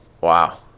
Wow